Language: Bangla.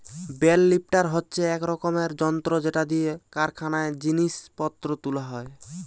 বেল লিফ্টার হচ্ছে এক রকমের যন্ত্র যেটা দিয়ে কারখানায় জিনিস পত্র তুলা হয়